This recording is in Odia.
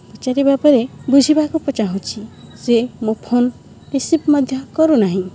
ପଚାରିିବା ପରେ ବୁଝିବାକୁ ଚାହୁଁଛି ସେ ମୋ ଫୋନ୍ ରିସିଭ୍ ମଧ୍ୟ କରୁ ନାହିଁ